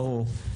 ברור.